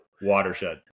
watershed